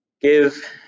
Give